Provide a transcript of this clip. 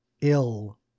ill